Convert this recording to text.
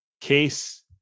case